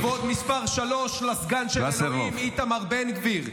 כבוד מס' 3 לסגן של אלוהים איתמר בן גביר,